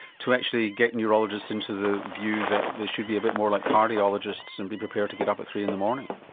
to actually get neurologists into the view that they should be a bit more like cardiologists and be prepared to get up at three in the morning.